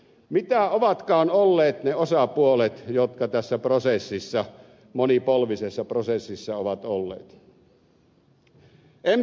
mitkä ovatkaan olleet ne osapuolet jotka tässä prosessissa monipolvisessa prosessissa ovat olleet mukana